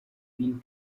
film